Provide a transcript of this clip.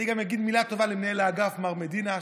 אני גם אגיד מילה טובה למנהל האגף מר מדינה,